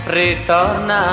ritorna